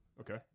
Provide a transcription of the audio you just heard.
Okay